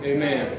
Amen